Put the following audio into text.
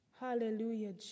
Hallelujah